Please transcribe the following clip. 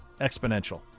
exponential